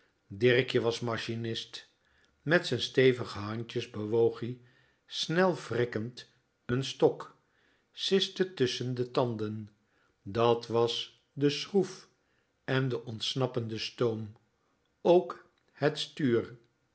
dirkje was machinist met z'n stevige handjes bewoog ie snel wrikkend n stok siste tusschen de tanden dat was de schroef èn de ontsnappende stoom k het stuur